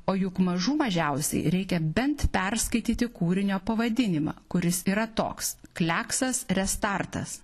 o juk mažų mažiausiai reikia bent perskaityti kūrinio pavadinimą kuris yra toks kliaksas restartas